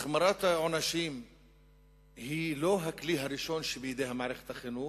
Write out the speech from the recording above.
החמרת העונשים היא לא הכלי הראשון שבידי מערכת החינוך.